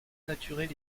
naturel